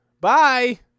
Bye